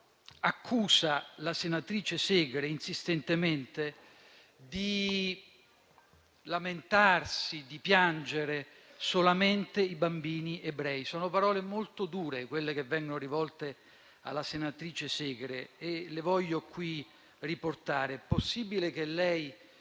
accusa la senatrice Segre, insistentemente, di lamentarsi e piangere solamente i bambini ebrei. Sono parole molto dure quelle che vengono rivolte alla senatrice Segre e le voglio qui riportare: «Cara signora, possibile che lei